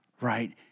right